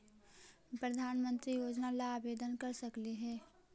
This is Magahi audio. प्रधानमंत्री योजना ला आवेदन कर सकली हे?